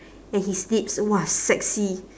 and his lips !wah! sexy